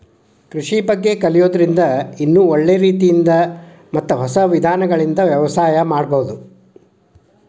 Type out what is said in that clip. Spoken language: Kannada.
ಕೃಷಿ ಬಗ್ಗೆ ಕಲಿಯೋದ್ರಿಂದ ಇನ್ನೂ ಒಳ್ಳೆ ರೇತಿಯಿಂದ ಮತ್ತ ಹೊಸ ವಿಧಾನಗಳಿಂದ ವ್ಯವಸಾಯ ಮಾಡ್ಬಹುದು